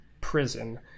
prison